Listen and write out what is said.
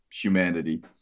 humanity